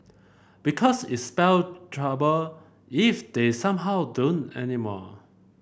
because it's spell trouble if they somehow don't anymore